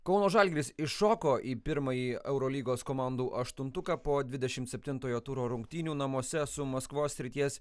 kauno žalgiris įšoko į pirmąjį eurolygos komandų aštuntuką po dvidešim septintojo turo rungtynių namuose su maskvos srities